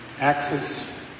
access